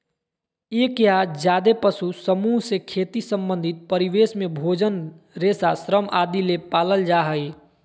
एक या ज्यादे पशु समूह से खेती संबंधित परिवेश में भोजन, रेशा, श्रम आदि ले पालल जा हई